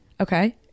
okay